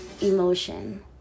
emotion